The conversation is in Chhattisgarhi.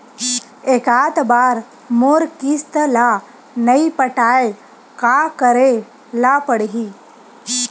एकात बार मोर किस्त ला नई पटाय का करे ला पड़ही?